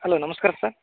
hello ನಮಸ್ಕಾರ sir